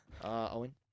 Owen